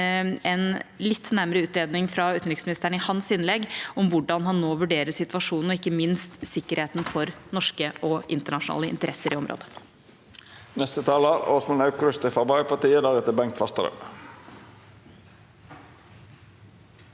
en litt nærmere utredning fra utenriksministeren i hans innlegg om hvordan han nå vurderer situasjonen og ikke minst sikkerheten for norske og internasjonale interesser i området.